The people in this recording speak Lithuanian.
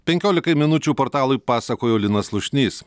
penkiolikai minučių portalui pasakojo linas slušnys